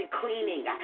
cleaning